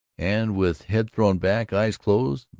and with head thrown back, eyes closed,